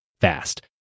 fast